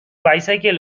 bicycle